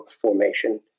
formation